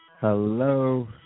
Hello